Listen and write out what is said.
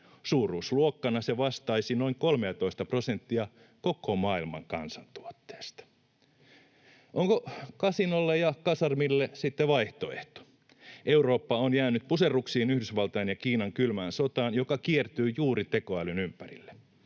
Suuruusluokkana se vastaisi noin 13:a prosenttia koko maailman kansantuotteesta. Onko kasinolle ja kasarmille sitten vaihtoehto? Eurooppa on jäänyt puserruksiin Yhdysvaltain ja Kiinan kylmään sotaan, joka kiertyy juuri tekoälyn ympärille.